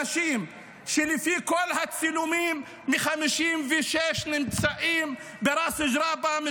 אנשים שלפי כל הצילומים נמצאים מ-1956 בראס ג'ראבה,